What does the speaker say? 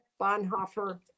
bonhoeffer